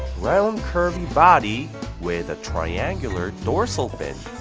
round curvy body with a triangular dorsal fin!